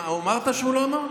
אמרת שהוא לא אמר?